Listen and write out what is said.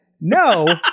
no